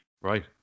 Right